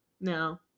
No